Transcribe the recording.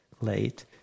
late